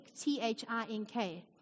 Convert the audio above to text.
T-H-I-N-K